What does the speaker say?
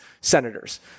senators